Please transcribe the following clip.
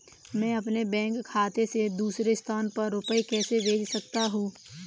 मैं अपने बैंक खाते से दूसरे स्थान पर रुपए कैसे भेज सकता हूँ?